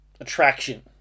attraction